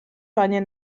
panie